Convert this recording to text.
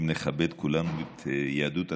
אם נכבד כולנו את יהדות התפוצות,